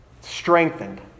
strengthened